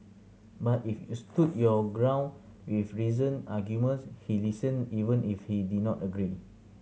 but if you stood your ground with reasoned arguments he listened even if he did not agree